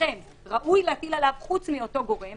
שבעיניכם ראוי להטיל עליו חוץ מאותו גורם,